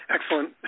Excellent